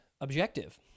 objective